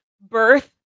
birth